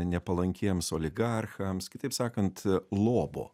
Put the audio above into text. nepalankiems oligarchams kitaip sakant lobo